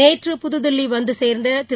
நேற்று புதுதில்லிவந்தசேர்ந்ததிரு